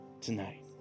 tonight